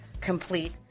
complete